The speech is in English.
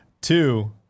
Two